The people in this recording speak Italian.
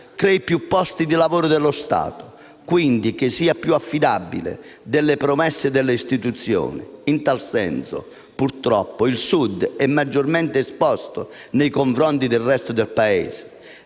crei più posti di lavoro dello Stato, quindi che sia più affidabile delle promesse delle istituzioni. In tal senso, purtroppo, il Sud è maggiormente esposto nei confronti del resto del Paese.